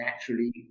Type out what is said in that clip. naturally